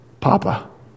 Papa